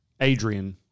Adrian